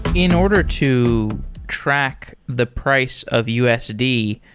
in order to track the price of usd,